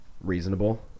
reasonable